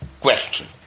question